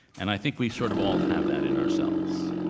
and i think we sort of all have that in ourselves.